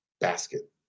basket